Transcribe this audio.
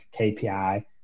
kpi